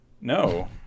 No